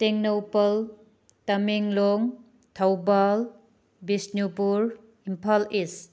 Tengnoupal Tamenglong Thoubal Bishnupur Imphal ꯏꯁ